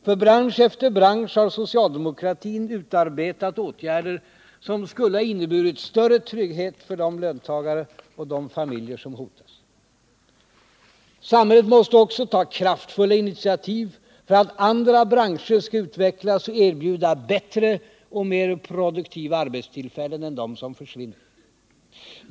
För bransch efter bransch har socialdemokratin utarbetat åtgärder som skulle ha inneburit större trygghet för de löntagare och de familjer som hotas. Samhället måste också ta kraftfulla initiativ för att andra branscher skall utvecklas och erbjuda bättre och mer produktiva arbetstillfällen än de som försvinner.